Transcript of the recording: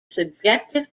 subjective